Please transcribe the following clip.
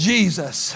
Jesus